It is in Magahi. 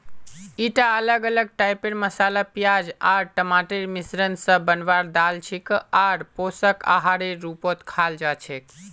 ईटा अलग अलग टाइपेर मसाला प्याज आर टमाटरेर मिश्रण स बनवार दाल छिके आर पोषक आहारेर रूपत खाल जा छेक